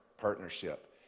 partnership